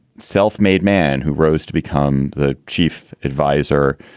self-made man who rose to become the chief adviser,